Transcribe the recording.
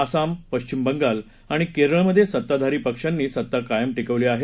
आसाम पश्चिम बंगाल आणि केरळमधे सत्ताधारी पक्षांनी सत्ता कायम टिकवली आहे